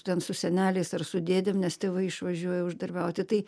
ten su seneliais ar su dėdėm nes tėvai išvažiuoja uždarbiauti tai